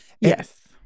Yes